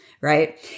right